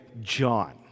John